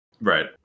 Right